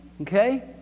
Okay